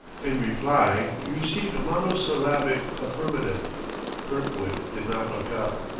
in reply he received a monosyllabic affirmative kirkwood did not look up.